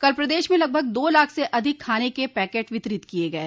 कल प्रदेश में लगभग दो लाख से अधिक खाने के पैकेट वितरित किये गये